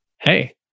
Hey